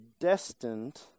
destined